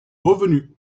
revenu